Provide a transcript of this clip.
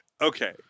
Okay